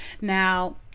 Now